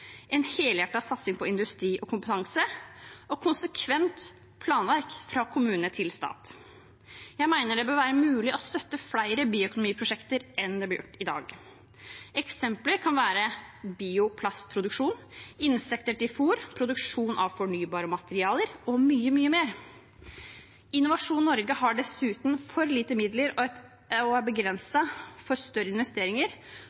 en helhjertet satsing på industri og kompetanse og et konsekvent planverk fra kommune til stat. Jeg mener det bør være mulig å støtte flere bioøkonomiprosjekter enn det som blir gjort i dag. Eksempler kan være bioplastproduksjon, insekter til fôr, produksjon av fornybare materialer og mye, mye mer. Innovasjon Norge har dessuten for lite midler og